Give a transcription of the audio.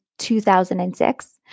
2006